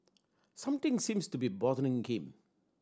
something seems to be bothering him